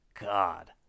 god